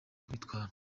kwitwara